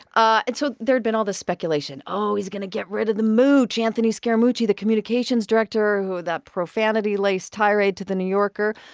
ah and so there had been all this speculation. oh, he's going to get rid of the mooch, anthony scaramucci, the communications director who had that profanity-laced tirade to the new yorker.